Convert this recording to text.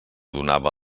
donava